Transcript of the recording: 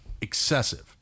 excessive